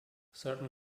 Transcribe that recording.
certain